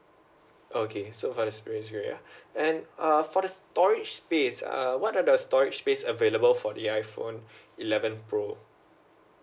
okay so for space grey ya and uh for the storage space uh what are the storage space available for the iPhone eleven pro